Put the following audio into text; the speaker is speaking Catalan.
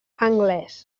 anglès